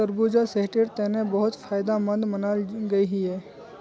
तरबूजा सेहटेर तने बहुत फायदमंद मानाल गहिये